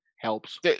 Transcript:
helps